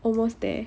almost there